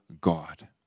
God